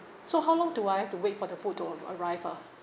so how long do I have to wait for the food to ar~ arrive ah